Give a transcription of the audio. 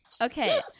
okay